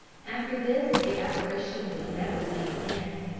after this the apparition was never seen again.